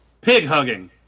Pig-hugging